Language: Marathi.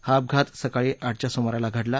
हा अपघात सकाळी आठच्या सुमारास घडला